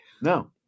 No